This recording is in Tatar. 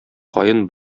каен